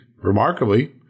remarkably